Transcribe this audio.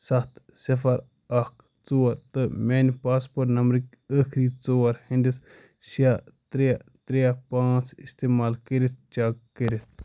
سَتھ صِفر اکھ ژور تہٕ میٛانہِ پاسپورٹ نمبرٕکۍ ٲخری ژور ہِنٛدِس شےٚ ترٛےٚ ترٛےٚ پانٛژھ اِستعمال کٔرِتھ چیٚک کٔرِتھ